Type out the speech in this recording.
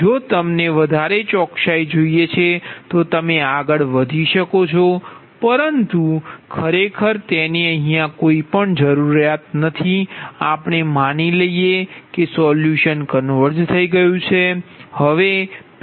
જો તમને વધારે ચોકસાઈ જોઈએ છે તો તમે આગળ વધી શકો છો પરંતુ ખરેખર જરૂર નથી આપણે માની લઈએ કે સોલ્યુશન કન્વર્ઝ થયું છે